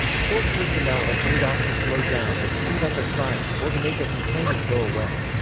court personnel are paid off to slow down or speed up a trial, or to make a complainant go away.